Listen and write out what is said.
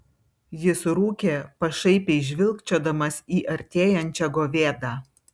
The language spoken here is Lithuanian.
jis rūkė pašaipiai žvilgčiodamas į artėjančią govėdą